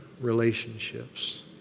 relationships